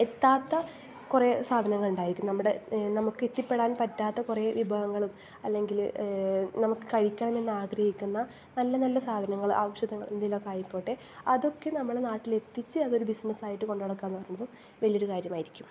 എത്താത്ത കുറേ സാധനങ്ങൾ ഉണ്ടായത് നമ്മുടെ നമുക്ക് എത്തിപ്പെടാൻ പറ്റാത്ത കുറേ വിഭവങ്ങളും അല്ലെങ്കിൽ നമുക്ക് കഴിക്കണമെന്നാഗ്രഹിക്കുന്ന നല്ല നല്ല സാധനങ്ങൾ ഔഷധങ്ങൾ എന്തെങ്കിലുമൊക്കെ ആയിക്കോട്ടെ അതൊക്കെ നമ്മളുടെ നാട്ടിൽ എത്തിച്ച് അത് ഒരു ബിസിനസ്സായിട്ട് കൊണ്ടു നടക്കുകയെന്നു പറയുന്നതും വലിയൊരു കാര്യമായിരിക്കും